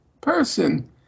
person